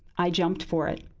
i jumped for it.